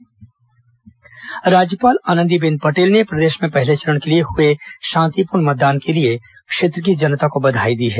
विस चुनाव राज्यपाल राज्यपाल आनंदीबेन पटेल ने प्रदेश में पहले चरण के लिए हए शांतिपूर्ण मतदान के लिए क्षेत्र की जनता को बधाई दी है